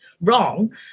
wrong